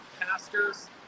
pastors